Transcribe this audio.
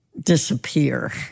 disappear